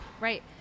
Right